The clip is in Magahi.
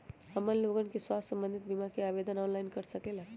हमन लोगन के स्वास्थ्य संबंधित बिमा का आवेदन ऑनलाइन कर सकेला?